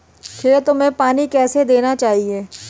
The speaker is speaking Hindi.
खेतों में पानी कैसे देना चाहिए?